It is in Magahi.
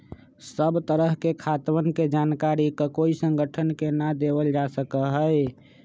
सब तरह के खातवन के जानकारी ककोई संगठन के ना देवल जा सका हई